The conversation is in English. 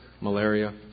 malaria